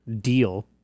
deal